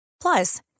Plus